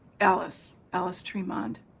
alice. alice tremond.